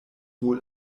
wohl